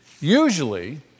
Usually